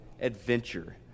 adventure